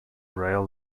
rail